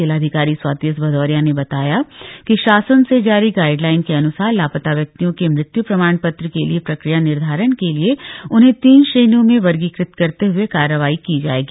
जिलाधिकारी स्वाति एस भदौरिया ने बताया कि शासन से जारी गाइडलाइन के अन्सार लापता व्यक्तियों के मृत्य् प्रमाण पत्र के लिए प्रक्रिया निर्धारण के लिए उन्हें तीन श्रेणियों में वर्गीकृत करते हुए कार्रवाई की जाएगी